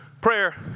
prayer